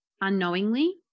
unknowingly